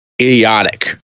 idiotic